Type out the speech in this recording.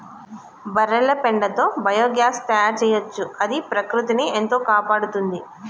బర్రెల పెండతో బయోగ్యాస్ తయారు చేయొచ్చు అది ప్రకృతిని ఎంతో కాపాడుతుంది